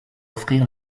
offrir